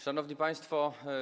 Szanowni Państwo!